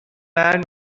land